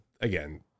again